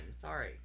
Sorry